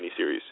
miniseries